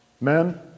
Men